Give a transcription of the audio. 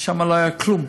שם לא היה כלום,